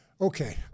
Okay